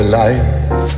life